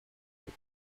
lake